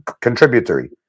contributory